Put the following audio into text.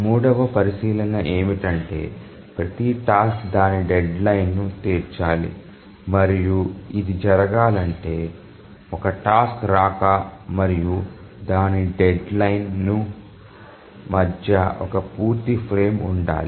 మూడవ పరిశీలన ఏమిటంటే ప్రతి టాస్క్ దాని డెడ్లైన్ను తీర్చాలి మరియు ఇది జరగాలంటే ఒక టాస్క్ రాక మరియు దాని డెడ్లైన్ను మధ్య ఒక పూర్తి ఫ్రేమ్ ఉండాలి